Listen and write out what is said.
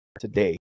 today